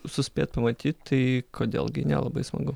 suspėt pamatyt tai kodėl gi ne labai smagu